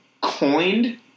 coined –